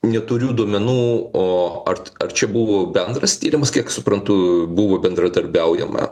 neturiu duomenų o ar ar čia buvo bendras tyrimas kiek suprantu buvo bendradarbiaujama